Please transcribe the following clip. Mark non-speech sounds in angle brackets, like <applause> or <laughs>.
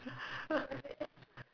<laughs>